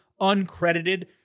uncredited